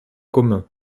communs